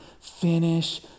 Finish